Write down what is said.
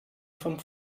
vom